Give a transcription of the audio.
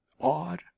odd